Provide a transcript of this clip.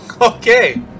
Okay